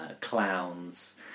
clowns